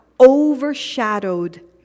overshadowed